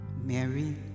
Mary